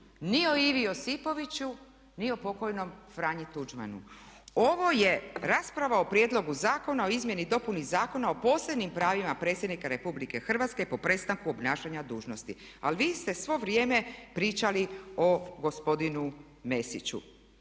ni o Ivi Josipoviću ni o pokojnom Franji Tuđmanu, ovo je rasprava o prijedlogu zakona o izmjeni i dopuni Zakona o posebnim pravima predsjednika Republike Hrvatske po prestanku obnašanja dužnosti. Ali vi ste svo vrijeme pričali o gospodinu Mesiću.